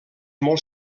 molt